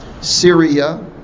syria